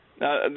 Now